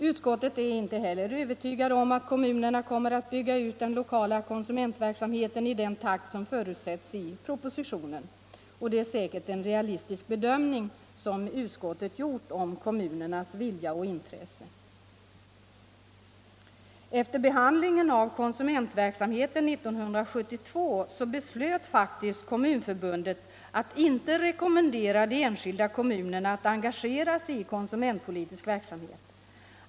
Utskottet är inte heller övertygat om att kommunerna kommer att bygga ut den lokala konsumentverksamheten i den takt som förutsätts i propositionen. Det är säkert en realistisk bedömning som utskottet gjort av kommunernas vilja och intresse. Efter behandlingen av konsumentverksamheten 1972 beslöt faktiskt Kommunförbundet att inte rekommendera de enskilda kommunerna att engagera sig i konsumentpolitisk verksamhet.